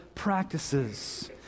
Practices